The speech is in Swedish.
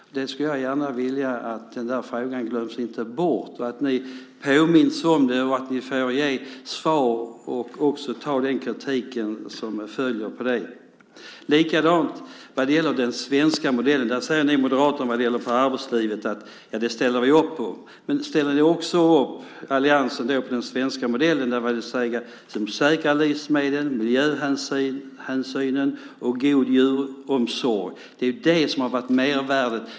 Den frågan skulle jag gärna vilja inte glömdes bort utan att ni påminns om den, får ge svar och också ta emot den kritik som följer på det. Likadant är det med den svenska modellen. Där säger ni moderater vad gäller arbetslivet att ni ställer upp på det. Men ställer alliansen också upp på den svenska modell som säkrar livsmedel, miljöhänsyn och god djuromsorg? Det är det som har varit mervärdet.